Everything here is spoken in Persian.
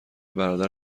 برادر